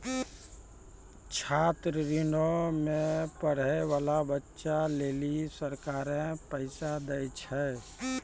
छात्र ऋणो मे पढ़ै बाला बच्चा लेली सरकारें पैसा दै छै